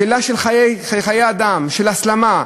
שאלה של חיי אדם, של הסלמה,